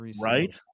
Right